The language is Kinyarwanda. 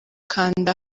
kanda